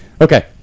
Okay